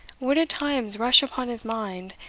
would at times rush upon his mind,